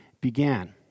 began